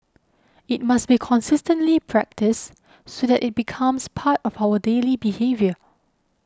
it must be consistently practised so that it becomes part of our daily behaviour